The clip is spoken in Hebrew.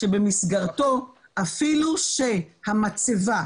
במסגרתן אפילו שהמצבה,